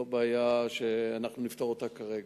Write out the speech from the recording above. וזו לא בעיה שאנחנו נפתור אותה כרגע.